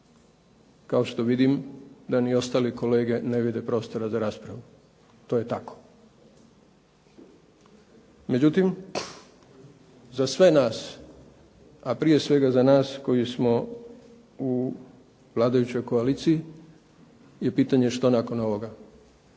kao što vidim da ni ostali kolege ne vide prostora za raspravu. To je tako. Međutim, za sve nas a prije svega za nas koji smo u vladajućoj koaliciji, je pitanje što nakon ovoga.